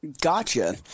Gotcha